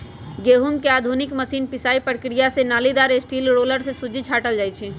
गहुँम के आधुनिक मशीन पिसाइ प्रक्रिया से नालिदार स्टील रोलर से सुज्जी छाटल जाइ छइ